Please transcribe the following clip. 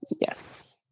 Yes